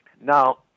Now